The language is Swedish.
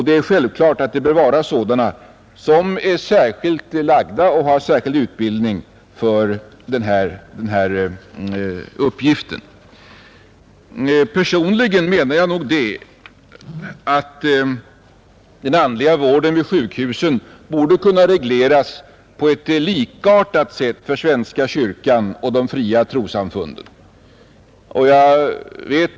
Det är självklart att det bör vara sådana personer som är lagda för detta arbete och har särskild utbildning för uppgiften. Personligen menar jag att den andliga vården vid sjukhusen borde kunna regleras på ett likartat sätt för svenska kyrkan och de fria trossamfunden.